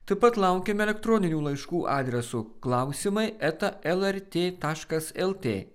taip pat laukiam elektroninių laiškų adresu klausimai eta lrt taškas lt